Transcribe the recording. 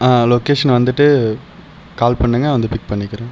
ஆ location வந்துட்டு call பண்ணுங்கள் வந்து பிக் பண்ணிக்கிறேன்